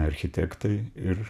architektai ir